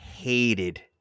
hated